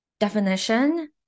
definition